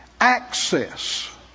access